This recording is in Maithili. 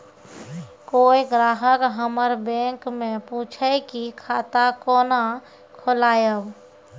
कोय ग्राहक हमर बैक मैं पुछे की खाता कोना खोलायब?